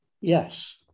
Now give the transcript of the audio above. yes